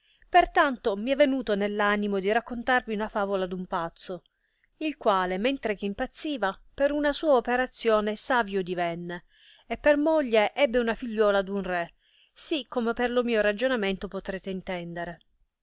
tanto mi è venuto nell animo di raccontarvi una favola d un pazzo il quale mentre che impazziva per una sua operazione savio divenne e per moglie ebbe una figliuola d un re sì come per lo mio ragionare potrete intendere